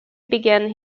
began